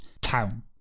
town